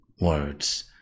words